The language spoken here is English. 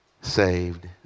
saved